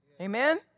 Amen